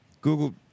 Google